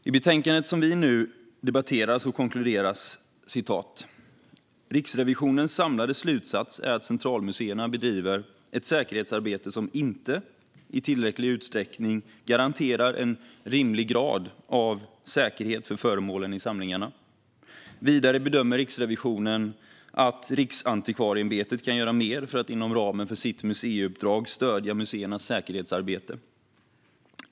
I betänkandet vi nu debatterar konkluderas följande: "Riksrevisionens samlade slutsats är att centralmuseerna bedriver ett säkerhetsarbete som inte i tillräcklig utsträckning garanterar en rimlig grad av säkerhet för föremålen i samlingarna. Vidare bedömer Riksrevisionen att Riksantikvarieämbetet kan göra mer för att inom ramen för sitt museiuppdrag stödja museernas säkerhetsarbete.